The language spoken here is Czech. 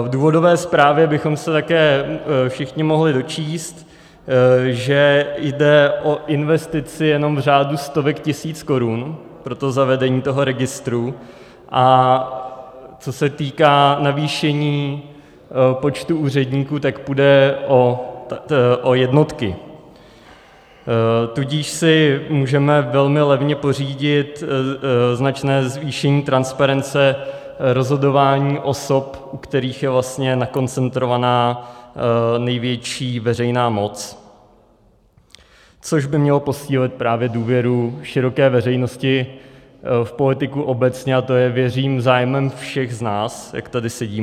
V důvodové zprávě bychom se také všichni mohli dočíst, že jde o investici jenom v řádu stovek tisíc korun pro zavedení toho registru, a co se týká navýšení počtu úředníků, tak půjde o jednotky, tudíž si můžeme velmi levně pořídit značné zvýšení transparence rozhodování osob, u kterých je vlastně nakoncentrována největší veřejná moc, což by mělo posílit právě důvěru široké veřejnosti v politiku obecně, a to je, věřím, zájmem všech z nás jak tady sedíme.